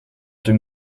dem